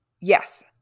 Yes